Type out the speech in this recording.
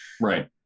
Right